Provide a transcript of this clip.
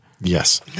Yes